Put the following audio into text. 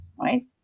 right